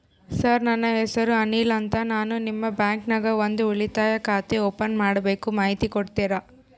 Sir ನನ್ನ ಹೆಸರು ಅನಿಲ್ ಅಂತ ನಾನು ನಿಮ್ಮ ಬ್ಯಾಂಕಿನ್ಯಾಗ ಒಂದು ಉಳಿತಾಯ ಖಾತೆ ಓಪನ್ ಮಾಡಬೇಕು ಮಾಹಿತಿ ಕೊಡ್ತೇರಾ?